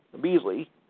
Beasley